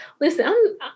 listen